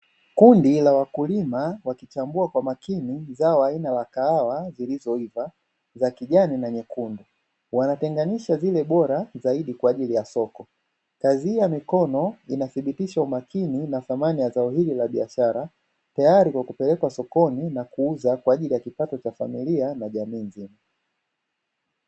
Kundi la wakulima wakichagua kwa makini zao la aina ya kahawa zilizoiva za kijani na nyekundu; wanatenganisha zile bora zaidia kwa ajili ya soko. Kazi hii ya mikono inathibitisha umakini na thamani ya zao hili la biashara, tayari kwa kupelekwa sokoni na kuuzwa kwa ajili ya kipato cha familia na jamii nzima.